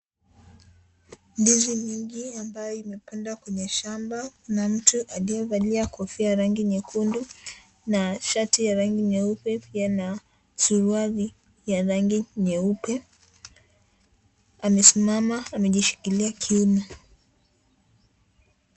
Ndizi nyingi ambayo imepndwa kwenye shamba, kuna mtu aliyevalia kofia ya rangi nyekundu na shati ya rangi nyeupe pia na suruali ya rangi nyeupe, amesimama amejishikilia kiuno.